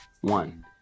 one